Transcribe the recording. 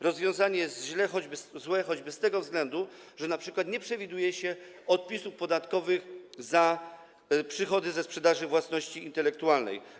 Rozwiązanie jest złe choćby z tego względu, że np. nie przewiduje się odpisów podatkowych za przychody ze sprzedaży własności intelektualnej.